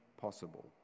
possible